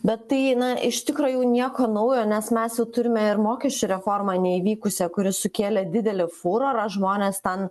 bet tai iš tikro jau nieko naujo nes mes jau turime ir mokesčių reformą neįvykusią kuri sukėlė didelį furorą žmonės ten